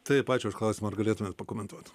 taip ačiū už klausimą ar galėtumėt pakomentuot